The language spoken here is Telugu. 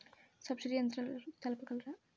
సబ్సిడీ యంత్రాలు తెలుపగలరు?